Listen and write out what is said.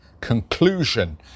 conclusion